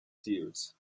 tears